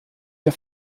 der